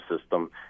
system